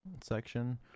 section